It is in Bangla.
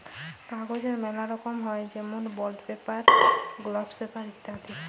কাগজের ম্যালা রকম হ্যয় যেমল বন্ড পেপার, গ্লস পেপার ইত্যাদি